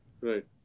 Right